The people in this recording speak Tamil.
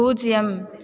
பூஜ்யம்